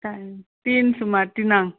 time तीन सुमार तिनांग